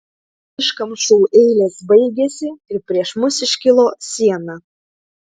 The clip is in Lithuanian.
iškamšų eilės baigėsi ir prieš mus iškilo siena